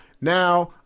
Now